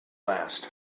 last